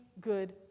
good